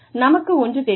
நமக்கு ஒன்று தெரியும்